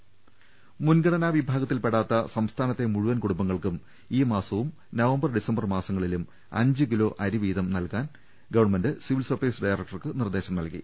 ദർശ്ശേദ് മുൻഗണനാ വിഭാഗത്തിൽപ്പെടാത്ത സംസ്ഥാനത്തെ മുഴുവൻ കുടുംബങ്ങൾക്കും ഈ മാസവും നവംബർ ഡിസംബർ മാസങ്ങളിലും അഞ്ച് കിലോ അരിവീതം നൽകാൻ ഗവൺമെന്റ് സിവിൽ സപ്ലൈസ് ഡയറക്ടർക്ക് നിർദ്ദേശം നൽകി